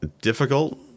difficult